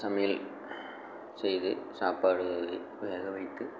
சமையல் செய்து சாப்பாடு வேக வைத்து